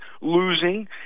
losing